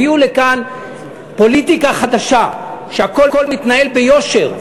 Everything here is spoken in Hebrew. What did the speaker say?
הביאו לכאן פוליטיקה חדשה שהכול מתנהל ביושר.